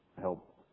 help